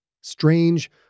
Strange